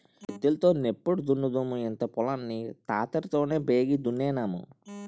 ఎద్దులు తో నెప్పుడు దున్నుదుము ఇంత పొలం ని తాటరి తోనే బేగి దున్నేన్నాము